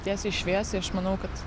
tiesiai šviesiai aš manau kad